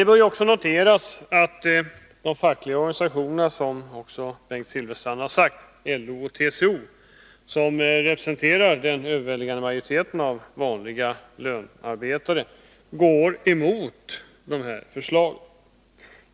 Det bör också noteras — vilket även Bengt Silfverstrand påpekade — att de fackliga organisationerna LO och TCO, som representerar en överväldigande majoritet av de vanliga lönarbetarna, går emot detta förslag.